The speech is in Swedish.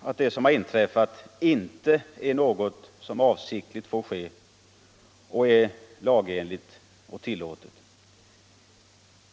att det som har inträffat är något som inte får ske avsiktligt och vara lagenligt och tillåtet.